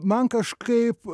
man kažkaip